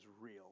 real